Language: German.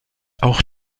auch